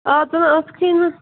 آ ژٕ نے ٲسکھٕے نہٕ